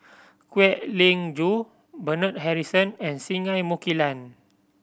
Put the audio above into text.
Kwek Leng Joo Bernard Harrison and Singai Mukilan